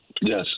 Yes